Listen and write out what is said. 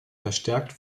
verstärkt